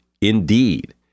Indeed